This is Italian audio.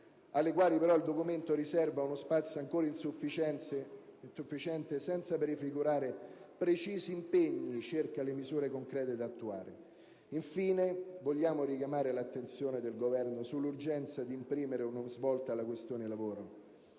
alle quali però il documento riserva uno spazio ancora insufficiente, senza prefigurare precisi impegni circa le misure concrete da attuare. Infine, vogliamo richiamare l'attenzione del Governo sull'urgenza di imprimere una svolta alla questione lavoro.